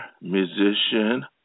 musician